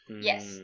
Yes